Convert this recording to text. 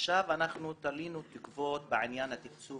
עכשיו אנחנו תלינו תקוות בעניין התקצוב